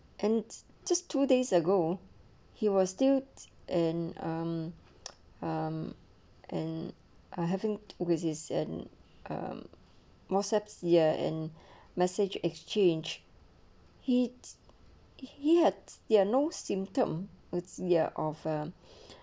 and it's just two days ago he was still and um um and uh having whizzes and um whatapps ya and message exchange heat he had there no symptom with ya of ah